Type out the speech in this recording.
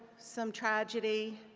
some tragedy,